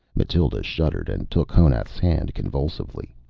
mathild shuddered and took honath's hand convulsively.